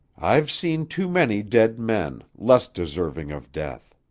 i've seen too many dead men, less deserving of death.